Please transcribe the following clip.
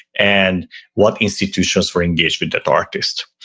and what institutions were engaged with that artist?